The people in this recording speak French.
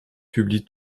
publie